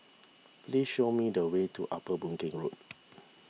please show me the way to Upper Boon Keng Road